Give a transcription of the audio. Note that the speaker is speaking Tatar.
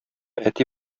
әти